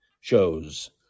shows